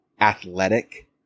athletic